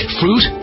fruit